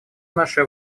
наше